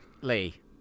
Lee